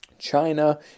China